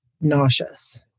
nauseous